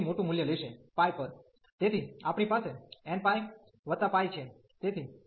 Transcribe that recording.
તેથી આપણી પાસે nπ π છે